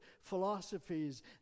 philosophies